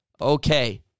Okay